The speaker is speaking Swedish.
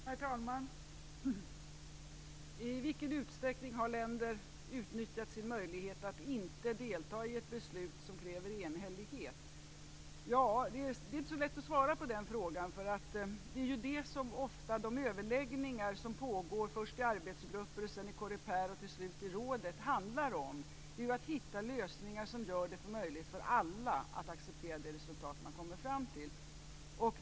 Herr talman! I vilken utsträckning har länder utnyttjat sin möjlighet att inte delta i ett beslut som kräver enhällighet, frågar Birger Hagård. Ja, det är inte så lätt att svara på den frågan. Det är ju det som de överläggningar som pågår, först i arbetsgrupper, sedan i Coreper och till slut i rådet, ofta handlar om. Det gäller att hitta lösningar som gör det möjligt för alla att acceptera det resultat man kommer fram till.